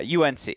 UNC